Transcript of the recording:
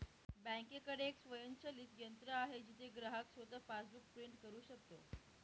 बँकेकडे एक स्वयंचलित यंत्र आहे जिथे ग्राहक स्वतः पासबुक प्रिंट करू शकतो